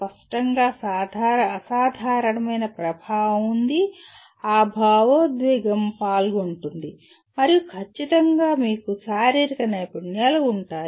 స్పష్టంగా అసాధారణమైన ప్రభావం ఉంది ఆ భావోద్వేగం పాల్గొంటుంది మరియు ఖచ్చితంగా మీకు శారీరక నైపుణ్యాలు ఉంటాయి